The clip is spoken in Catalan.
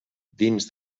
dins